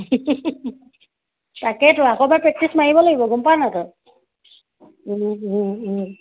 তাকেতো আকৌ এবাৰ প্ৰেক্টিচ মাৰিব লাগিব গম পাৱ নাই তই